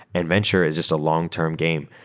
and venture is just a long-term game.